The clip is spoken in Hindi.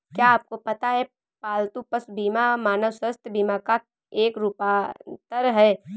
क्या आपको पता है पालतू पशु बीमा मानव स्वास्थ्य बीमा का एक रूपांतर है?